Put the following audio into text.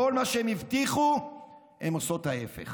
בכל מה שהן הבטיחו הן עושות ההפך,